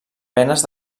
penes